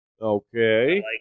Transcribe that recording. Okay